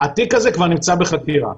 התיק הזה כבר נמצא בחקירה.